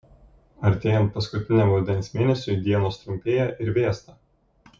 artėjant paskutiniam rudens mėnesiui dienos trumpėja ir vėsta